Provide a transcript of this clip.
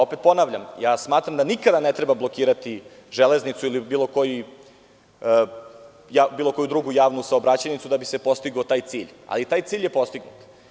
Opet ponavljam, smatram da nikada ne treba blokirati železnicu i bilo koju drugu javnu saobraćajnicu da bi se postigao taj cilj, ali taj cilj je postignut.